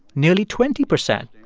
nearly twenty percent,